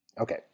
Okay